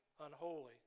unholy